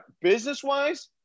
business-wise